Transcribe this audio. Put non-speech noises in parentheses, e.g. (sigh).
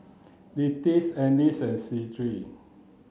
(unintelligible) Annis Shirl